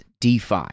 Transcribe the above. DeFi